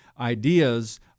ideas